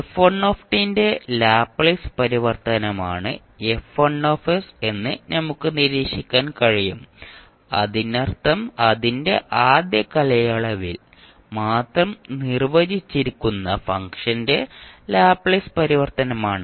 f1 ന്റെ Laplace പരിവർത്തനമാണ് F1 എന്ന് നമുക്ക് നിരീക്ഷിക്കാൻ കഴിയും അതിനർത്ഥം അതിന്റെ ആദ്യ കാലയളവിൽ മാത്രം നിർവചിച്ചിരിക്കുന്ന ഫംഗ്ഷന്റെ ലാപ്ലേസ് പരിവർത്തനമാണ്